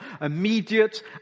immediate